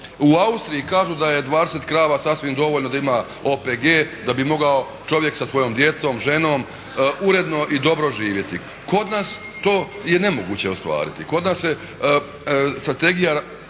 U Austriji kažu da je 20 krava sasvim dovoljno da ima OPG da bi mogao čovjek sa svojom djecom, ženom uredno i dobro živjeti. Kod nas to je nemoguće ostvariti. Kod nas strategija